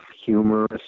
humorous